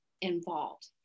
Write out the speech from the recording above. involved